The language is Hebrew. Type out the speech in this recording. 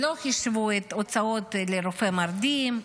לא חישבו את ההוצאות לרופא מרדים,